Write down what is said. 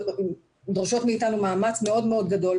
דורשות מאתנו מאמץ מאוד מאוד גדול,